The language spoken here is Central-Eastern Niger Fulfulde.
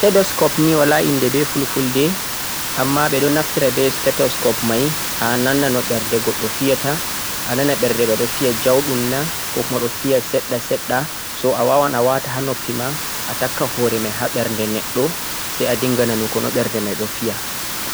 stetoscope ni wala inde beh fulfulde amma behdo naftira beh stetoscope mai ha nannunu berde goddo fiyata a nana berde mai do fiya jaudum na ko kum do fiya sedda sedda so a wawan a wata ha noppi ma a takka hore mai ha berde neddo sai a dinga nanugo no berde mai no fiya